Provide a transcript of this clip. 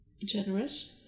generous